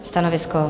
Stanovisko?